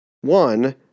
One